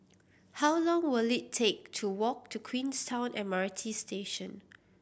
how long will it take to walk to Queenstown M R T Station